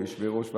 כיושבי-ראש ועדות,